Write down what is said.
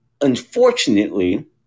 Unfortunately